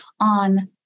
on